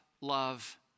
love